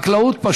חקלאות,